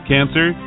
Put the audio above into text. Cancer